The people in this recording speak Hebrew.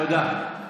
תודה.